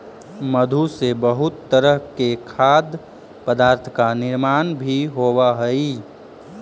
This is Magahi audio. मधु से बहुत तरह के खाद्य पदार्थ का निर्माण भी होवअ हई